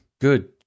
good